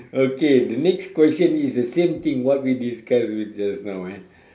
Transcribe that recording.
okay the next question is the same thing what we discuss just now eh